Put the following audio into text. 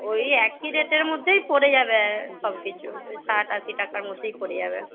ওই একই রেটের মধ্যেই পড়ে যাবে সব কিছু ওই ষাট আশি টাকার মধ্যেই পড়ে যাবে